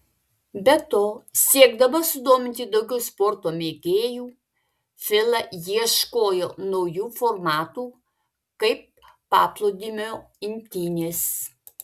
be to siekdama sudominti daugiau sporto mėgėjų fila ieškojo naujų formatų kaip paplūdimio imtynės